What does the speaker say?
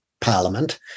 parliament